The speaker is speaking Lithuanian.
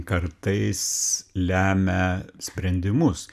kartais lemia sprendimus